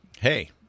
Hey